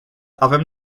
avem